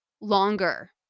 longer